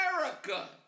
America